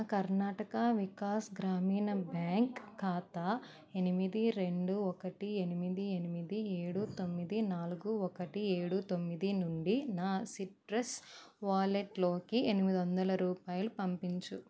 నా కర్ణాటక వికాస్ గ్రామీణ బ్యాంక్ ఖాతా ఎనిమిది రెండు ఒకటి ఎనిమిది ఎనిమిది ఏడు తొమ్మిది నాలుగు ఒకటి ఏడు తొమ్మిది నుండి నా సిట్రస్ వాలెట్లోకి ఎనిమిది వందల రూపాయలు పంపించు